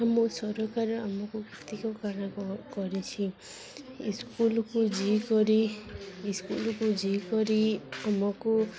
ଆଁ ମୁଁ ସରକାର ଆମକୁ କେତିକ କରିଛି ଇସ୍କୁଲକୁ ଯାଇକରି ଇସ୍କୁଲକୁ ଯାଇକରି ଆମକୁ